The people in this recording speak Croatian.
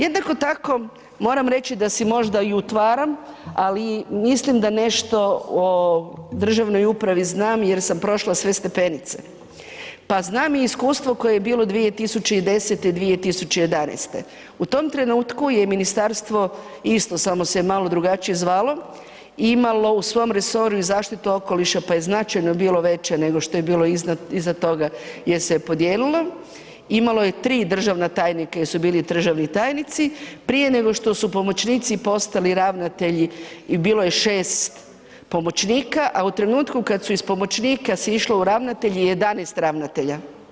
Jednako tako, moram reći da si možda i utvaram, ali mislim da nešto o državnoj upravi znam jer sam prošla sve stepenice, pa znam i iskustvo koje je bilo 2010., 2011., u tom trenutku je ministarstvo isto, samo se malo drugačije zvalo, imalo u svom resoru i zaštitu okoliša, pa je značajno bilo veće nego što je bilo iza toga gdje se je podijelilo, imalo je 3 državna tajnika jer su bili državni tajnici, prije nego što su pomoćnici postali ravnatelji i bilo je 6 pomoćnika, a u trenutku kad su iz pomoćnika se išlo u ravnatelje je 11 ravnatelja.